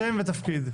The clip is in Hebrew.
שם ותפקיד.